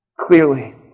clearly